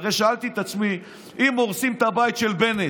שאלתי את עצמי: אם הורסים את הבית של בנט